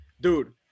Dude